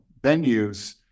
venues